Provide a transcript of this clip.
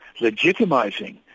legitimizing